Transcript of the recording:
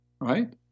right